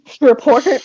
report